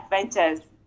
adventures